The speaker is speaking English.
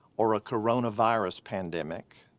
or a coronavirus pandemic,